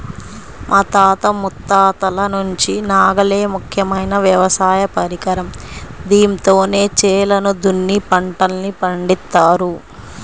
మా తాత ముత్తాతల నుంచి నాగలే ముఖ్యమైన వ్యవసాయ పరికరం, దీంతోనే చేలను దున్ని పంటల్ని పండిత్తారు